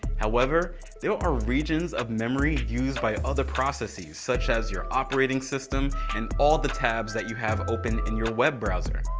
however there are regions of memory used by other processes such as your operating system and all the tabs that you have open in your web browser.